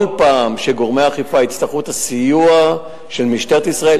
כל פעם שגורמי האכיפה יצטרכו את הסיוע של משטרת ישראל,